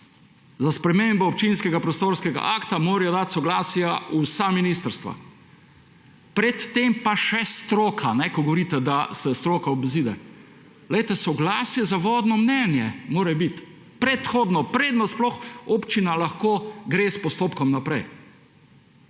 Za spremembo občinskega akta morajo dati soglasja vsa ministrstva. Pred tem pa še stroka, ko govorite, da se stroka obide. Soglasje za vodno mnenje mora biti predhodno, preden sploh lahko gre občina s postopkom naprej.